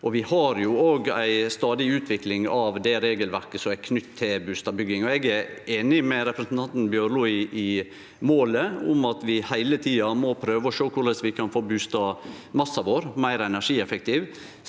vi har òg ei stadig utvikling av det regelverket som er knytt til bustadbygging. Eg er einig med representanten Bjørlo i målet om at vi heile tida må prøve å sjå på korleis vi kan få bustadmassen vår meir energieffektiv,